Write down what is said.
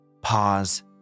pause